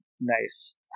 nice